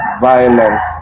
violence